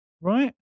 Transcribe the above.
Right